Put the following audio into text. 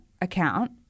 account